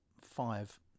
five